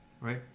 right